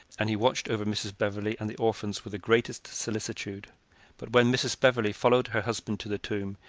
and he watched over mrs. beverley and the orphans with the greatest solicitude but when mrs. beverley followed her husband to the tomb,